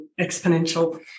exponential